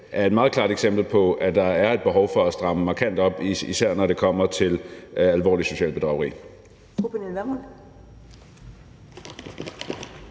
er et meget klart eksempel på, at der er et behov for at stramme markant op, især når det kommer til alvorligt socialt bedrageri.